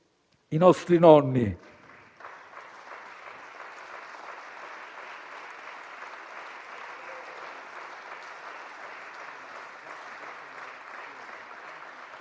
i nostri nonni